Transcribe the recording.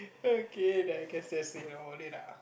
okay then I guess that it about it lah